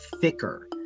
thicker